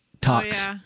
talks